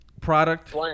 product